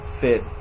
fit